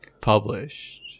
published